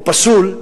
הוא פסול,